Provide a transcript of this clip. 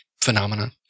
phenomena